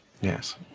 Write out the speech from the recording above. Yes